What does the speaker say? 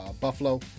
Buffalo